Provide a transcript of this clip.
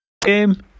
Game